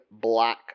black